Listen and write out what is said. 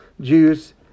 juice